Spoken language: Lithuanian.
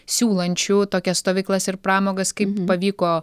siūlančių tokias stovyklas ir pramogas kaip pavyko